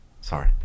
Sorry